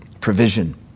provision